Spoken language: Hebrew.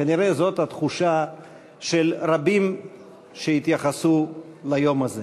נראה שזו התחושה של רבים שהתייחסו ליום הזה.